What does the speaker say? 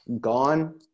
gone